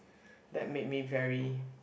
that made me very